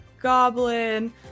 goblin